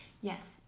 Yes